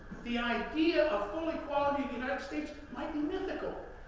the idea of full equality in the united states might be mythical,